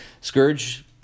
scourge